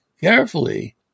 carefully